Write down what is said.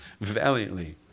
valiantly